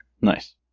Nice